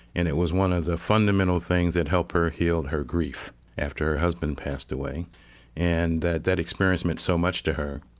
and it was one of the fundamental things that helped her heal her grief after her husband passed away and that that experience meant so much to her,